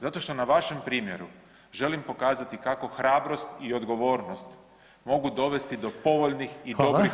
Zato što na vašem primjeru želim pokazati kako hrabrost i odgovornost mogu dovesti do povoljnih i dobrih